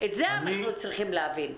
את זה אנחנו צריכים להבין.